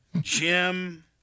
Jim